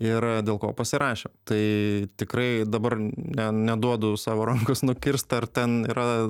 ir dėl ko pasirašėm tai tikrai dabar ne neduodu savo rankos nukirst ar ten yra